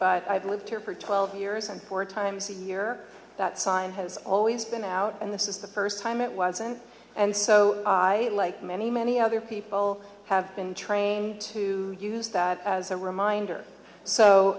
but i've lived here for twelve years and four times here that sign has always been out and this is the first time it wasn't and so i like many many other people have been trained to use that as a reminder so